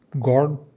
God